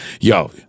yo